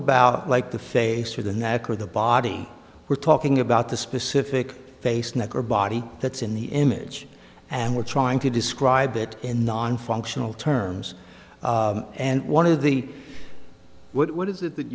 about like the face or the knack or the body we're talking about the specific face neck or body that's in the image and we're trying to describe it in nonfunctional terms and one of the what is it that